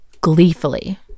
Gleefully